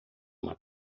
uma